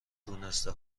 دونسته